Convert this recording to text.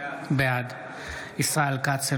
בעד ישראל כץ,